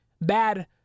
bad